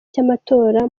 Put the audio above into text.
cy’amatora